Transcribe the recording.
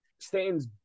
stains